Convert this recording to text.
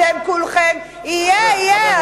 למה לא, יהיה, יהיה.